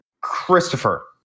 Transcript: christopher